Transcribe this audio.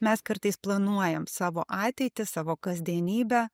mes kartais planuojam savo ateitį savo kasdienybę